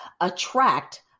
attract